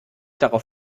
darauf